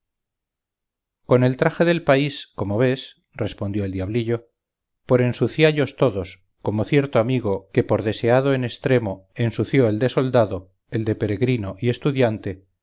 con el traje del país como ves respondió el diablillo por ensuciallos todos como cierto amigo que por desaseado en estremo ensució el de soldado el de peregrino y estudiante